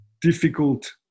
difficult